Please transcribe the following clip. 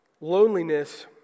Loneliness